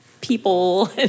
people